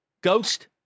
Ghost